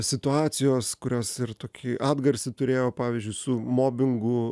situacijos kurios ir tokį atgarsį turėjo pavyzdžiui su mobingu